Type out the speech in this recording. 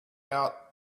out